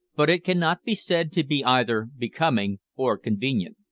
but it cannot be said to be either becoming or convenient.